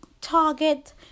target